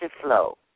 flow